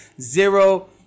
zero